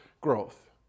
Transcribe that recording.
growth